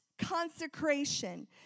consecration